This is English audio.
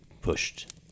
pushed